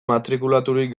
matrikulaturik